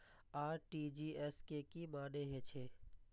RTGS के की मानें हे छे?